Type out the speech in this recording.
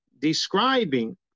Describing